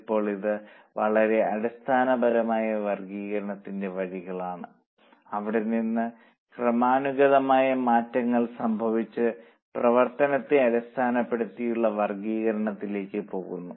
ഇപ്പോൾ ഇത് വളരെ അടിസ്ഥാനപരമായ വർഗ്ഗീകരണത്തിന്റെ വഴിയാണ് അവിടെ നിന്ന് ക്രമാനുഗതമായ മാറ്റങ്ങൾ സംഭവിച്ച് പ്രവർത്തനത്തെ അടിസ്ഥാനപ്പെടുത്തിയുള്ള വർഗീകരണത്തിലേക്ക് പോകുന്നു